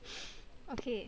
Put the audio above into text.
okay